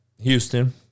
Houston